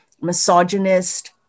misogynist